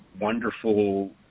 wonderful